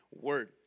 word